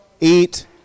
eat